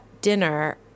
dinner